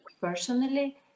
personally